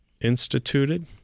instituted